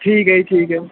ਠੀਕ ਹੈ ਜੀ ਠੀਕ ਹੈ